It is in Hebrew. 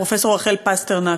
לפרופסור רחל פסטרנק.